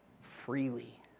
freely